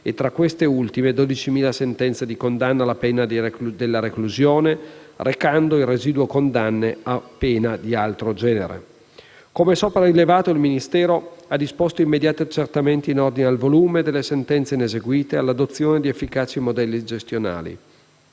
e, tra queste ultime, 12.000 sentenze di condanna alla pena della reclusione, recando il residuo condanne a pena di altro genere. Come sopra rilevato, il Ministero ha disposto immediati accertamenti in ordine al volume delle sentenze ineseguite e all'adozione di efficaci modelli gestionali.